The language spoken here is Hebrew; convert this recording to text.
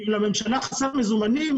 אם לממשלה חסרים מזומנים,